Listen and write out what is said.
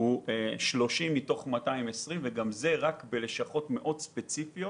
הוא 30 מתוך 220 וגם זה רק בלשכות מאוד ספציפיות